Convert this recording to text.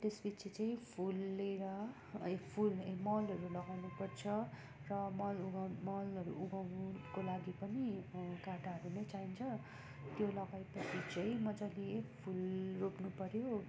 त्यस पछि चाहिँ फुलले र फुल ए मलहरू लगाउनु पर्छ र मल उघा मलहरू उघाउनुको लागि पनि काँटाहरू नै चाहिन्छ त्यो लगाए पछि चाहिँ मजाले फुल रोप्नु पर्यो